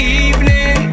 evening